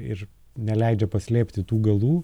ir neleidžia paslėpti tų galų